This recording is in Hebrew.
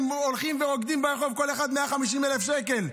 הם הולכים ורוקדים ברחוב, כל אחד 150,000 שקל.